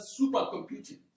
supercomputing